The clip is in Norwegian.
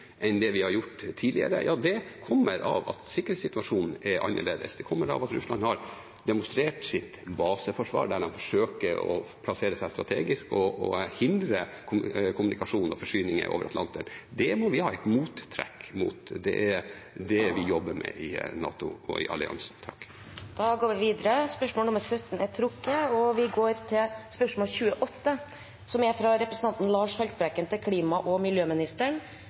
enn vi har gjort tidligere, kommer av at sikkerhetssituasjonen er annerledes. Det kommer av at Russland har demonstrert sitt baseforsvar, der de forsøker å plassere seg strategisk og hindre kommunikasjon og forsyninger over Atlanteren. Det må vi ha et mottrekk til. Det er det vi jobber med i NATO-alliansen. Spørsmålet er trukket tilbake. Vi går til spørsmål 28. Dette spørsmålet, fra representanten Lars Haltbrekken til klima- og miljøministeren,